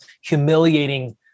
humiliating